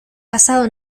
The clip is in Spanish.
pasado